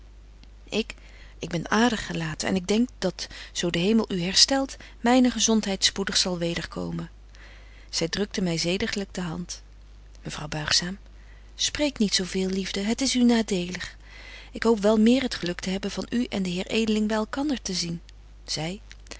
ik ik ben adergelaten en ik denk dat zo de hemel u herstelt myne gezontheid spoedig zal wederkomen zy drukte my zediglyk de hand mevrouw buigzaam spreek niet zo veel liefde het is u nadelig ik hoop wel meer het geluk te hebben van u en den heer edeling by elkander te zien